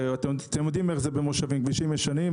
אתם יודעים איך זה במושבים כבישים ישנים,